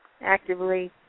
actively